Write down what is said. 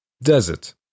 Desert